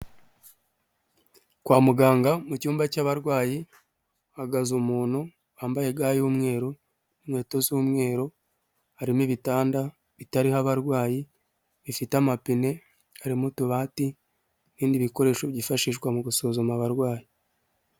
Kwa muganga mu cyumba cy'abarwayi hagaze umuntu wambaye ga y'umweru, inkweto z'umweru, harimo ibitanda bitariho abarwayi bifite amapine, harimo utubati n'ibindi bikoresho byifashishwa mu gusuzuma abarwayi.